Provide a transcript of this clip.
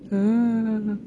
oh